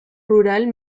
rural